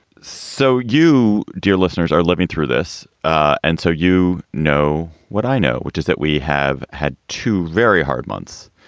so you, dear listeners, are living through this. and so, you know what i know, which is that we have had two very hard months.